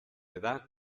edad